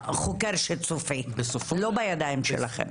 החוקר שצופה, לא בידיים שלכם.